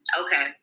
Okay